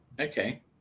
Okay